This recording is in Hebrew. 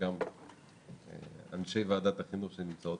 וגם נשות ועדת החינוך שנמצאות